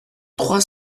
trois